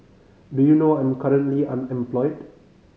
do you know I'm currently unemployed